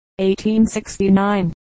1869